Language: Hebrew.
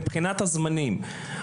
מבחינת הזמנים,